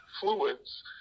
fluids